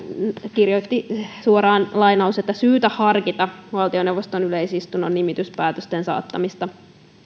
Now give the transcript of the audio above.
kirjoitti suoraan että on syytä harkita valtioneuvoston yleisistunnon nimityspäätösten saattamista